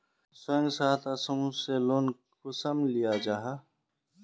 स्वयं सहायता समूह से लोन कुंसम लिया जाहा?